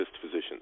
physicians